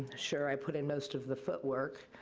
sure, i put in most of the footwork,